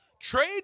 trade